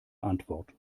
antwort